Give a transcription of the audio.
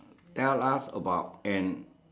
tell us about an